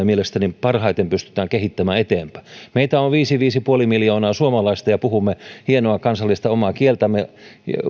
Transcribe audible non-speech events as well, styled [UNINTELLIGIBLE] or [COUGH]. [UNINTELLIGIBLE] mielestäni parhaiten pystytään kehittämään eteenpäin meitä on viisi viiva viisi pilkku viisi miljoonaa suomalaista ja puhumme hienoa kansallista omaa kieltämme